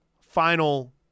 final